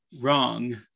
wrong